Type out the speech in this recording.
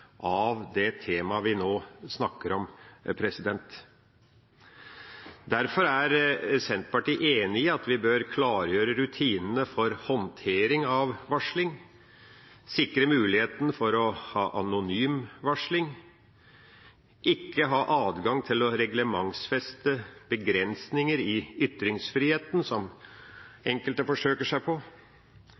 av det temaet vi nå snakker om. Derfor er Senterpartiet enig i at vi bør klargjøre rutinene for håndtering av varsling, sikre muligheten for å ha anonym varsling og ikke ha adgang til å reglementsfeste begrensninger i ytringsfriheten, som enkelte forsøker seg på.